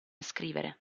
scrivere